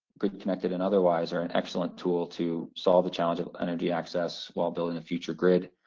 grid-connected and otherwise, are an excellent tool to solve the challenge of energy access while building a future grid.